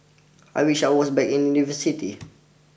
I wish I was back in university